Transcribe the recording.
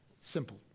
simple